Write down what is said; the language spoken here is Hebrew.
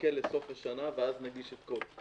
שנחכה לסוף השנה ואז נגיש הכול.